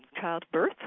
childbirth